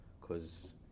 cause